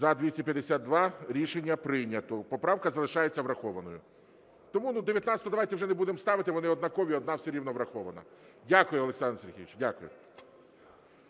За-252 Рішення прийнято. Поправка залишається врахованою. Тому 19-у давайте вже не будемо ставити, вони однакові, одна все рівно врахована. Дякую, Олександр Сергійович.